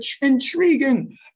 intriguing